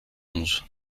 onze